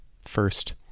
first